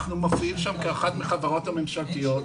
אנחנו מופיעים שם כאחת מהחברות הממשלתיות,